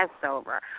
Passover